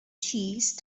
cheese